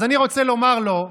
אז אני רוצה לומר לו: